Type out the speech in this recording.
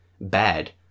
bad